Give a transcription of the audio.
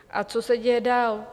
A co se děje dál?